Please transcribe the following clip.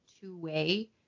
two-way